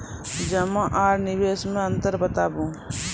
जमा आर निवेश मे अन्तर बताऊ?